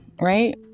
right